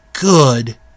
good